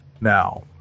Now